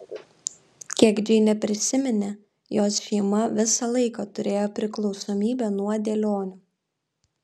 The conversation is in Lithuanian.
kiek džeinė prisiminė jos šeima visą laiką turėjo priklausomybę nuo dėlionių